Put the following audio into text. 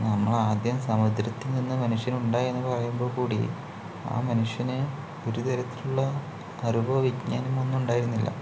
നമ്മളാദ്യം സമുദ്രത്തിൽ നിന്ന് മനുഷ്യർ ഉണ്ടായെന്നു പറയുമ്പോൾക്കൂടി ആ മനുഷ്യന് ഒരു തരത്തിലുള്ള അറിവോ വിജ്ഞാനമൊന്നും ഉണ്ടായിരുന്നില്ല